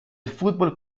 fútbol